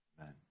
Amen